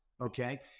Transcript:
okay